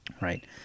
right